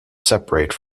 separate